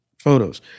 photos